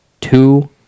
two